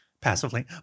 passively